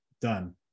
done